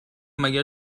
مگر